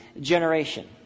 generation